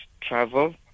travel